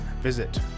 Visit